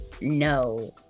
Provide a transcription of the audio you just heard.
no